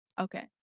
Okay